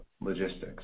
logistics